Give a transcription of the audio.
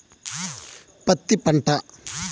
పత్తి పంట